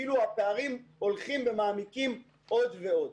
הפערים אפילו מעמיקים עוד ועוד.